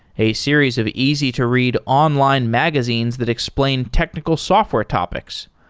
a series of easy to read online magazines that explain technical software topics.